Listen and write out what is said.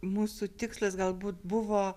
mūsų tikslas galbūt buvo